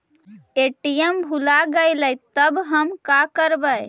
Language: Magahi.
ए.टी.एम भुला गेलय तब हम काकरवय?